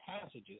passages